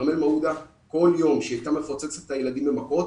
כרמל מעודה כל יום שהיא הייתה מפוצצת את הילדים במכות,